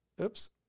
Oops